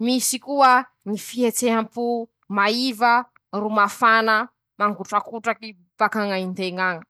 vintsy soa aho laha bakeo, ampy soa ñy vavoniko tsy marary asiako rano mafana ;fa laha zaho ro mino dité miaraky aminy ñy mokary na ñy bokoboko, tsy vintsy soa aho farany mañehitsy ñ'aiko e,marary ñy vavo<…>niko.